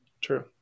True